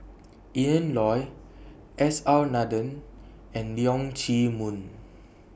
Ian Loy S R Nathan and Leong Chee Mun